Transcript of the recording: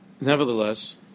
Nevertheless